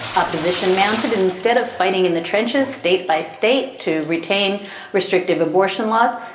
opposition mounted instead of fighting in the trenches state by state to retain restrictive abortion laws.